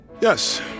Yes